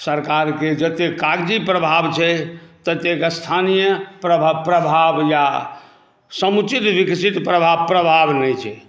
सरकारके जतेक काग़ज़ी प्रभाव छै ततेक स्थानीय प्रभाव या समुचित विकसित प्रभाव प्रभाव नहि छै